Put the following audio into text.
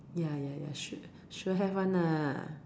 ya ya ya sure have one ah